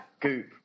Goop